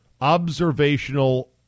observational